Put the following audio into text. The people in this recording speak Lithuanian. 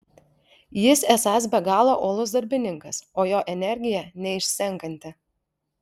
jis esąs be galo uolus darbininkas o jo energija neišsenkanti